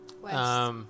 West